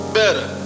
better